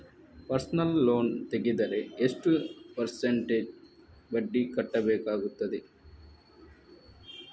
Personal loan ತೆಗೆದರೆ ಎಷ್ಟು percentage ಬಡ್ಡಿ ಕಟ್ಟಬೇಕಾಗುತ್ತದೆ?